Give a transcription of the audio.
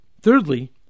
thirdly